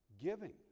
giving